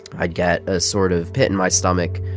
i'd get a sort of pit in my stomach,